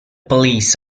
police